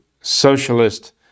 socialist